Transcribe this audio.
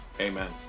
Amen